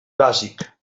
bàsic